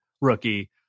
rookie